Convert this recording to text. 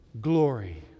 glory